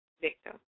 victim